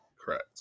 Correct